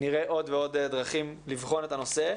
נראה עוד ועוד דברים לבחון את הנושא.